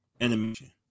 animation